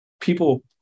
People